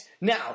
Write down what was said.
Now